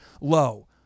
low